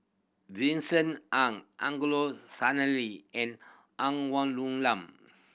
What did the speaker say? Vincent Ng Angelo Sanelli and Ng Woon Lam